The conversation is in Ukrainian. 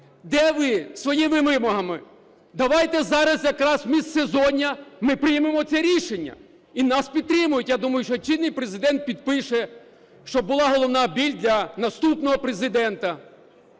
Де ви зі своїми вимогами? Давайте зараз якраз в міжсезоння ми приймемо це рішення, і нас підтримають. Я думаю, що чинний Президент підпише, щоб була головна біль для наступного Президента.